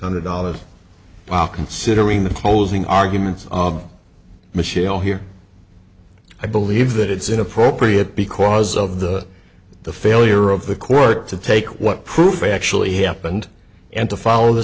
hundred dollars while considering the closing arguments of michelle here i believe that it's inappropriate because of the the failure of the court to take what proof actually happened and to follow the